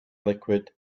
liquid